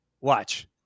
Watch